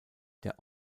der